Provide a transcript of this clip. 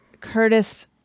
Curtis